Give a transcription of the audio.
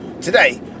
Today